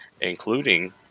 including